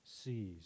sees